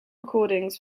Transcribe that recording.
recordings